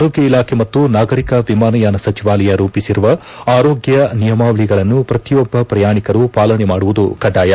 ಆರೋಗ್ಗ ಇಲಾಖೆ ಮತ್ತು ನಾಗರಿಕ ವಿಮಾನಯಾನ ಸಚಿವಾಲಯ ರೂಪಿಸಿರುವ ಆರೋಗ್ಯ ನಿಯಮಾವಳಿಗಳನ್ನು ಪ್ರತಿಯೊಬ್ಬ ಪ್ರಯಾಣಿಕರೂಪಾಲನೆ ಮಾಡುವುದು ಕಡ್ಡಾಯ